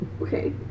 Okay